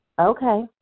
Okay